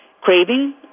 craving